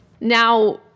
now